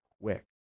quick